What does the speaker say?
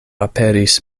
aperis